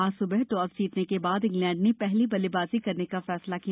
आज सुबह टॉस जीतने के बाद इंग्लैंड ने पहले बल्लेबाजी करने का फैसला किया